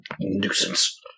nuisance